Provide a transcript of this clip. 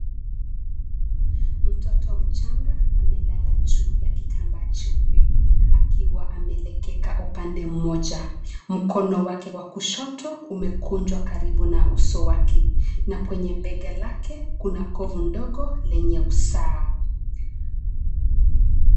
Mtoto mchanga amelala juu ya kitambaa cheupe akiwa amelekeka upande mmoja. Mkono wake wa kushoto umekunjwa karibu na uso wake na kwenye bega lake, kuna kovu ndogo lenye usaha.